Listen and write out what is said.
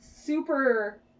super